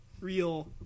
real